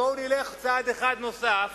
בואו נלך צעד אחד נוסף